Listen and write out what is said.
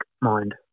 mind